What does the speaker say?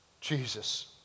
Jesus